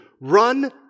run